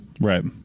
Right